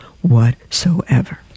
whatsoever